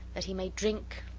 that he may drink,